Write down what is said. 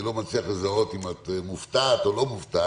אני לא מצליח לזהות אם את מופתעת או לא מופתעת,